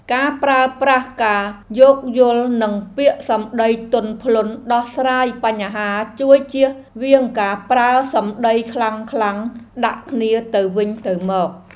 ការប្រើប្រាស់ការយោគយល់និងពាក្យសម្តីទន់ភ្លន់ដោះស្រាយបញ្ហាជួយជៀសវាងការប្រើសម្តីខ្លាំងៗដាក់គ្នាទៅវិញទៅមក។